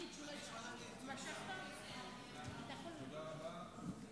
תודה רבה.